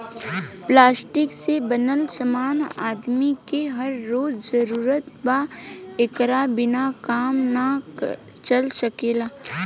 plastic से बनल समान आदमी के हर रोज जरूरत बा एकरा बिना काम ना चल सकेला